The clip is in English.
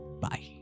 Bye